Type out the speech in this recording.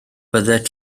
byddet